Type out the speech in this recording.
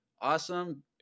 Awesome